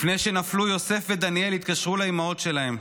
לפני שנפלו, יוסף ודניאל התקשרו לאימהות שלהם: